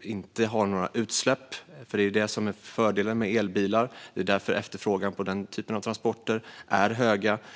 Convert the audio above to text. ger inte några utsläpp, vilket är fördelen med elbilar. Det är därför som efterfrågan på denna typ av transporter är stor.